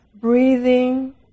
Breathing